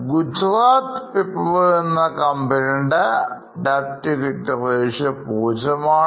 Gujarat Pipavavഎന്ന കമ്പനിക്ക് Debt equity ratio 0 ആണ്